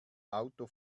auto